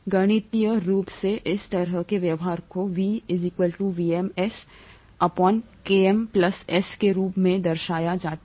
गणितीय रूप से इस तरह के व्यवहार को V VmS Km S के रूप में दर्शाया जा सकता है